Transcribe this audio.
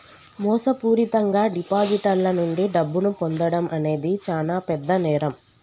మోసపూరితంగా డిపాజిటర్ల నుండి డబ్బును పొందడం అనేది చానా పెద్ద నేరం